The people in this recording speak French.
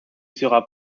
sera